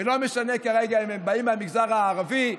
ולא משנה כרגע אם הם באים מהמגזר הערבי,